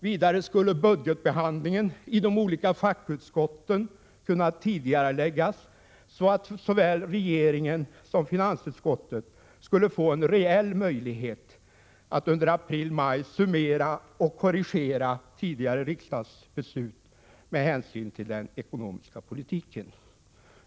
Vidare skulle budgetbehandlingen i de olika fackutskotten kunna tidigareläggas, så att såväl regeringen som finansutskottet fick en reell möjlighet att under april och maj summera och korrigera tidigare riksdagsbeslut med hänsyn till den ekonomiska politiken.